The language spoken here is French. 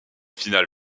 finale